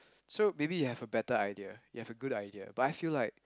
so maybe you have a better idea you have a good idea but I feel like